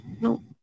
no